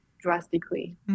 drastically